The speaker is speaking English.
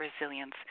resilience